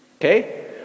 okay